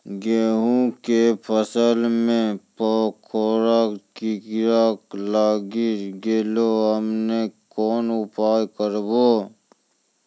गेहूँ के फसल मे पंखोरवा कीड़ा लागी गैलै हम्मे कोन उपाय करबै?